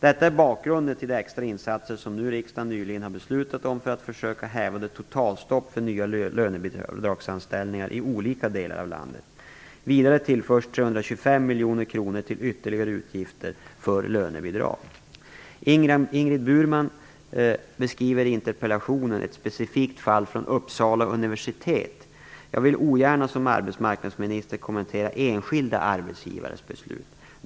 Detta är bakgrunden till de extra insatser som riksdagen nyligen har beslutat om för att försöka häva totalstoppet för nya lönebidragsanställningar i olika delar av landet. Vidare tillförs 325 miljoner kronor till ytterligare utgifter för lönebidrag. Ingrid Burman beskriver i interpellationen ett specifikt fall från Uppsala universitet. Jag vill ogärna som arbetsmarknadsminister kommentera enskilda arbetsgivares beslut.